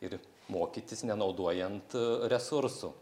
ir mokytis nenaudojant resursų